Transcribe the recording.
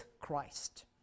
Christ